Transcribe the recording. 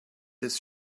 this